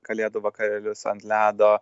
kalėdų vakarėlius ant ledo